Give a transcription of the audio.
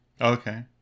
okay